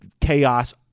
chaos